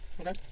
Okay